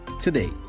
today